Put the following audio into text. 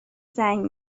زنگ